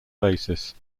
basis